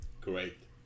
great